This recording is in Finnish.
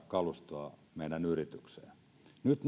kalustoa meidän yritykseemme ei nyt